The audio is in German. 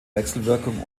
wechselwirkung